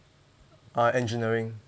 uh engineering